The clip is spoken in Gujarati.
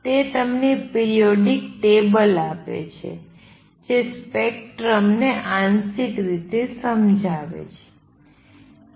તે તમને પિરિયોડિક ટેબલ આપે છે જે સ્પેક્ટ્રમ ને આંશિક રીતે સમજાવે છે